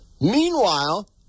Meanwhile